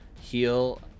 heal